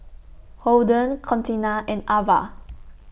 Holden Contina and Avah